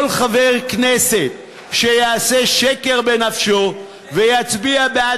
כל חבר כנסת שיעשה שקר בנפשו ויצביע בעד